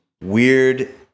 weird